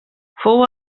fou